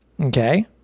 Okay